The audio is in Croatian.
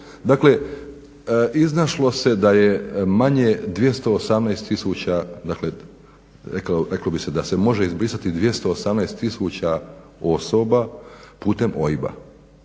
Dakle, iznašlo se da je manje 218000, dakle reklo bi se da se može izbrisati 218000 osoba putem osoba.